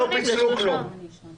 כרגע פיצלו את הפעילות הדיונית לשלושה.